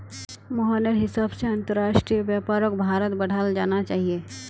मोहनेर हिसाब से अंतरराष्ट्रीय व्यापारक भारत्त बढ़ाल जाना चाहिए